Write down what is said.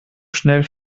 schnell